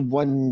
one